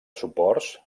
suports